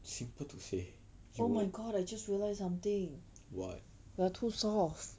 oh my god I just realized something we are too soft